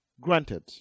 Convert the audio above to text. granted